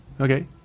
Okay